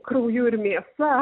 krauju ir mėsa